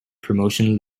promotion